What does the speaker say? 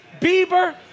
Bieber